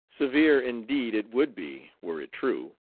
severe, indeed, it would be were it true.